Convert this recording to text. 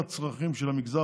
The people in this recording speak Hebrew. קוימו.